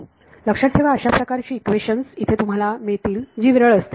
लक्षात ठेवा अशा प्रकारची इक्वेशन्स इथे तुम्हाला मिळतील जी विरळ असतील